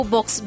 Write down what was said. Box